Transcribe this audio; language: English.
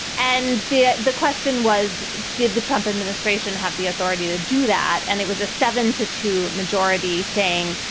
and the the question was, did the trump administration have the authority to do that? and it was a seven to two majority saying,